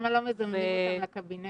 למה לא מזמנים אותם לקבינט?